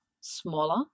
smaller